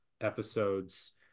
episodes